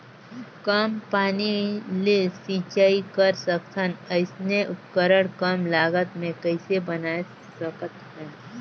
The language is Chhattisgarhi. कम पानी ले सिंचाई कर सकथन अइसने उपकरण कम लागत मे कइसे बनाय सकत हन?